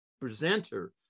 presenter